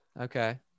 Okay